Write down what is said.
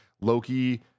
Loki